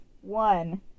One